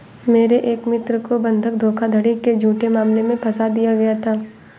मेरे एक मित्र को बंधक धोखाधड़ी के झूठे मामले में फसा दिया गया था